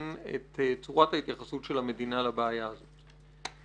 את צורת ההתייחסות של המדינה לבעיה הזאת.